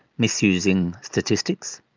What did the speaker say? misusing statistics,